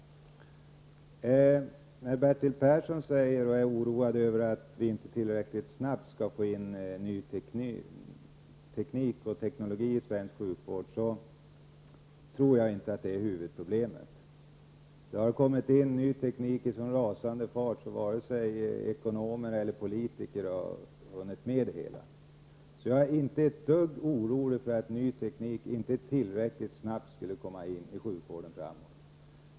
Bertil Persson är oroad över att vi inte tillräckligt snabbt kan få in ny teknik och ny teknologi i svensk sjukvård, men jag tror inte att det är huvudproblemet. Det har kommit in ny teknik i sådan rasande fart att varken ekonomer eller politiker har hunnit med. Så jag är inte ett dugg orolig för att ny teknik inte tillräckligt snabbt skulle komma in i sjukvården.